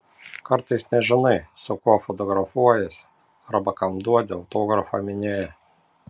kartais nežinai su kuo fotografuojiesi arba kam duodi autografą minioje